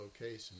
location